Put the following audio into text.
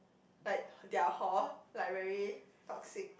like their hor like very toxic